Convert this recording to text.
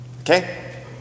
Okay